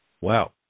Wow